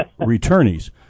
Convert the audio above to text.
returnees